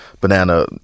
banana